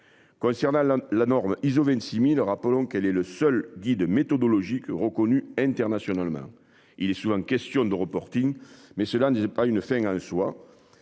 Concernant la norme ISO 26.000. Rappelons qu'elle est le seul guide méthodologique reconnue internationalement. Il est souvent question de reporting mais cela n'était pas une fin en soi.